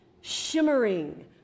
shimmering